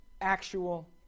actual